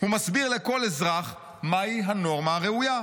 הוא מסביר לכל אזרח מהי הנורמה הראויה.